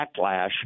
backlash